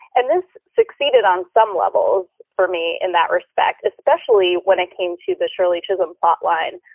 and this succeeded on some levels for me in that respect, especially when it came to the shirley chisholm plotline,